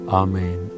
amen